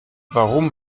warum